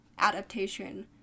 adaptation